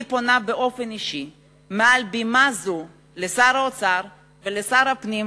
אני פונה מעל בימה זו באופן אישי אל שר האוצר ואל שר הפנים,